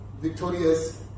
victorious